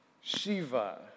Shiva